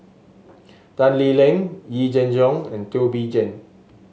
Tan Lee Leng Yee Jenn Jong and Teo Bee Yen